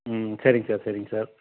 ம் சரிங் சார் சரிங் சார்